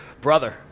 brother